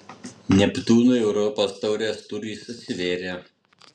neptūnui europos taurės durys atsivėrė